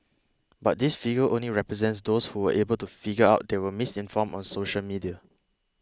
but this figure only represents those who were able to figure out they were misinformed on social media